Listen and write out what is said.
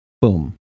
Boom